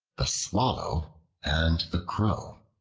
the swallow and the crow